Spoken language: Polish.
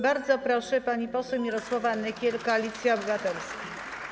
Bardzo proszę, pani poseł Mirosława Nykiel, Koalicja Obywatelska.